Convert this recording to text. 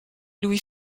louis